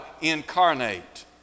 incarnate